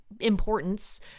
importance